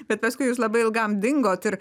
bet paskui jūs labai ilgam dingot ir